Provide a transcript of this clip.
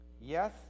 Yes